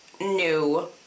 new